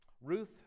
Ruth